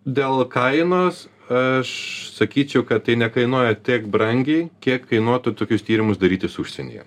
dėl kainos aš sakyčiau kad tai nekainuoja tiek brangiai kiek kainuotų tokius tyrimus darytis užsienyje